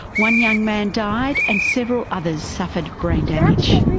one young man died and several others suffered brain damage.